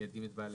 בעלי